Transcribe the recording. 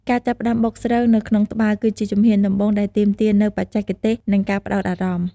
ការចាប់ផ្តើមបុកស្រូវនៅក្នុងត្បាល់គឺជាជំហានដំបូងដែលទាមទារនូវបច្ចេកទេស និងការផ្តោតអារម្មណ៍។